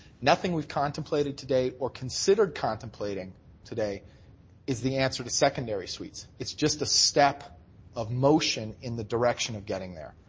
nothing we've contemplated today or considered contemplating today is the answer to secondary suites. it's just a step of motion in the direction of getting there.